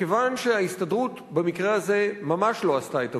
כיוון שההסתדרות במקרה הזה ממש לא עשתה את עבודתה,